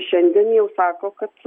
šiandien jau sako kad